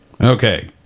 Okay